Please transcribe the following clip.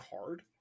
hard